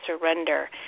surrender